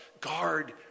guard